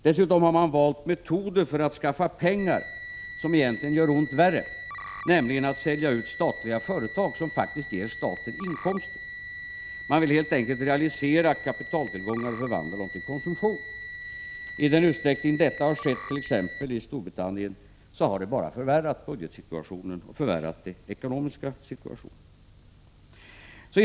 Dessutom har de valt metoder för att skaffa pengar som egentligen gör ont värre, nämligen att sälja ut statliga företag som faktiskt ger staten inkomster. De vill helt enkelt realisera kapitaltillgångar och förvandla dem till konsumtion. I den utsträckning detta har skett it.ex. Storbritannien har det bara förvärrat budgetsituationen och den ekonomiska situationen.